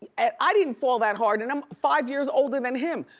and i didn't fall that hard and i'm five years older than him.